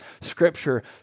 scripture